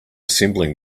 assembling